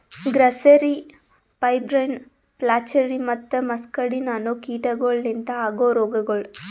grasserie, pebrine, flacherie ಮತ್ತ muscardine ಅನೋ ಕೀಟಗೊಳ್ ಲಿಂತ ಆಗೋ ರೋಗಗೊಳ್